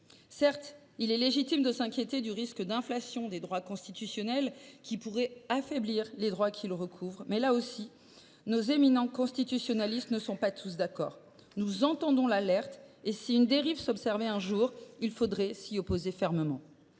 Certes, il est légitime de s’inquiéter du risque d’inflation des droits constitutionnels, qui pourrait affaiblir les droits concernés, mais, là encore, nos éminents constitutionnalistes ne sont pas tous d’accord. Nous entendons l’alerte, et, si nous observions une dérive un jour, il faudrait s’y opposer fermement.